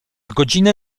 godziny